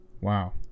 wow